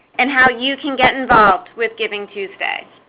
and how you can get involved with givingtuesday.